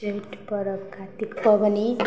छठि परब खातिर पबनी